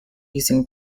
using